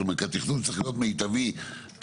זאת אומרת, התכנון צריך להיות מיטבי תחבורה.